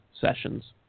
sessions